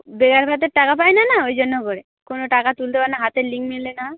বেকার ভাতার টাকা পায় না না ঐ জন্য করে কোনো টাকা তুলতে পারে না হাতের লিঙ্ক মেলে না